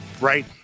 right